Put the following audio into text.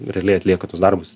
realiai atlieka tuos darbus